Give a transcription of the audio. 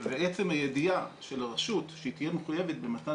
עצם הידיעה של הרשות שהיא תהיה מחויבת במתן